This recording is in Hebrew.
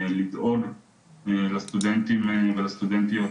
לדאוג לסטודנטים ולסטודנטיות